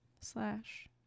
slash